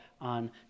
on